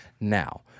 Now